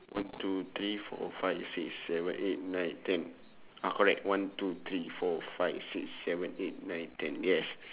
one two three four five six seven eight nine ten ah correct one two three four five six seven eight nine ten yes